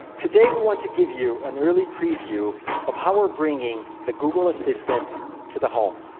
today we want to give you an early preview of how we're bringing the google assistant to the home.